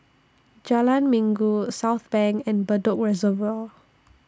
Jalan Minggu Southbank and Bedok Reservoir